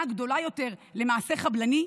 סכנה גדולה יותר למעשה חבלני?